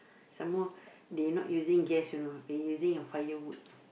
some more they not using gas you know they using a firewood